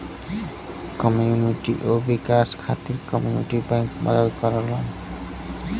community क विकास खातिर कम्युनिटी बैंक मदद करलन